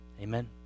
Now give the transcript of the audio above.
Amen